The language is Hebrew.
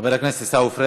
חבר הכנסת עיסאווי